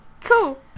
Cool